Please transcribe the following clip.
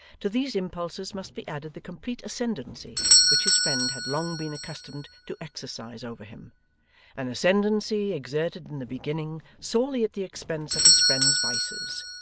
to these impulses must be added the complete ascendancy which his friend had long been accustomed to exercise over him an ascendancy exerted in the beginning sorely at the expense of his friend's vices,